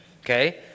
okay